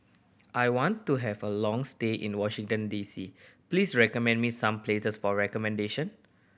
I want to have a long stay in Washington D C please recommend me some places for accommodation